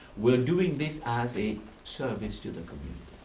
we are doing this as a service to the community.